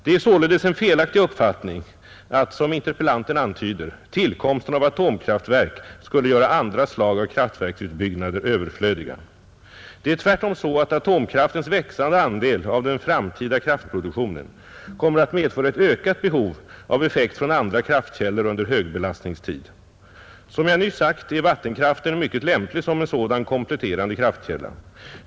Det är således en felaktig uppfattning att, som interpellanten antyder, tillkomsten av atomkraftverk skulle göra andra slag av kraftverksutbyggnader överflödiga. Det är tvärtom så, att atomkraftens växande andel av den framtida kraftproduktionen kommer att medföra ett ökat behov av effekt från andra kraftkällor under högbelastningstid. Som jag nyss sagt är vattenkraften mycket lämplig som en sådan kompletterande kraftkälla.